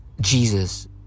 Jesus